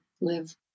live